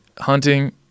hunting